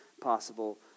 possible